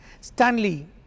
Stanley